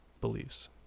beliefs